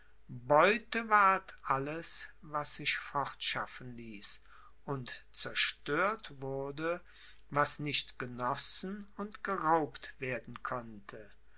beute ward alles was sich fortschaffen ließ und zerstört wurde was nicht genossen und geraubt werden konnte